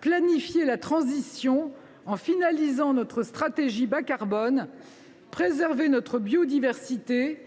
planifier la transition en finalisant notre stratégie bas carbone et préserver notre biodiversité